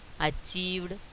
achieved